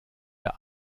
der